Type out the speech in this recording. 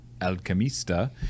Alchemista